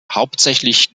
hauptsächlich